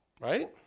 right